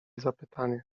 zapytanie